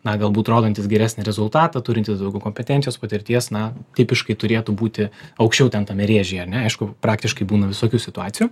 na galbūt rodantis geresnį rezultatą turintis daugiau kompetencijos patirties na tipiškai turėtų būti aukščiau ten tame rėžyje ar ne aišku praktiškai būna visokių situacijų